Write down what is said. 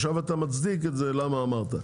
עכשיו אתה מצדיק את למה אמרת.